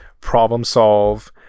problem-solve